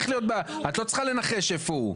את לא צריכה לנחש איפה הוא.